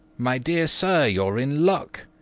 my dear sir, you're in luck.